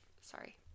sorry